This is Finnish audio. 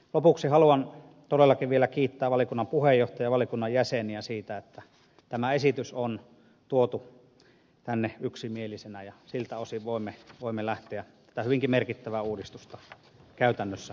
lopuksi haluan todellakin vielä kiittää valiokunnan puheenjohtajaa ja valiokunnan jäseniä siitä että tämä esitys on tuotu tänne yksimielisenä ja siltä osin voimme lähteä tätä hyvinkin merkittävää uudistusta käytännössä toteuttamaan